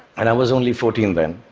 and i was only fourteen then,